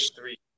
three